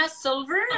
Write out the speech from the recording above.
Silver